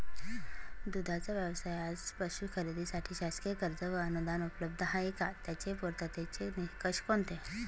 दूधाचा व्यवसायास पशू खरेदीसाठी शासकीय कर्ज व अनुदान उपलब्ध आहे का? त्याचे पूर्ततेचे निकष कोणते?